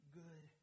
good